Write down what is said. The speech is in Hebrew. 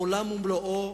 עולם ומלואו,